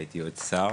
הייתי יועץ שר